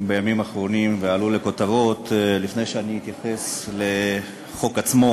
בימים האחרונים ועלו לכותרות לפני שאני אתייחס לחוק עצמו.